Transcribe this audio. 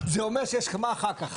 זה אומר שיש הסכמה אחר כך.